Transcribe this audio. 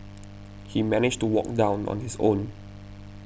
he managed to walk down on his own